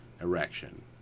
erection